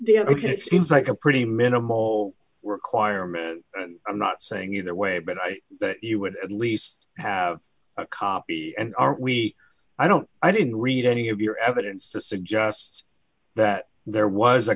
mary it seems like a pretty minimal requirement and i'm not saying either way but i that you would at least have a copy and are we i don't i didn't read any of your evidence to suggest that there was a